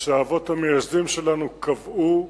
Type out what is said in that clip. שהאבות המייסדים שלנו קבעו,